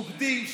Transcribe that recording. רוקדים,